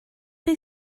chi